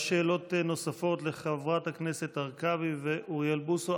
יש שאלות נוספות לחברת הכנסת הרכבי ולאוריאל בוסו,